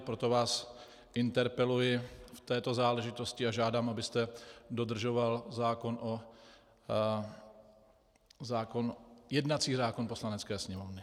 Proto vás interpeluji v této záležitosti a žádám, abyste dodržoval jednací řád Poslanecké sněmovny.